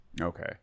Okay